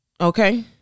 Okay